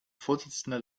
vorsitzender